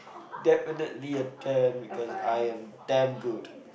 definitely a ten because I'm damn good